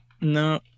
No